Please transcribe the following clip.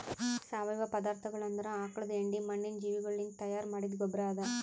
ಸಾವಯವ ಪದಾರ್ಥಗೊಳ್ ಅಂದುರ್ ಆಕುಳದ್ ಹೆಂಡಿ, ಮಣ್ಣಿನ ಜೀವಿಗೊಳಲಿಂತ್ ತೈಯಾರ್ ಮಾಡಿದ್ದ ಗೊಬ್ಬರ್ ಅದಾ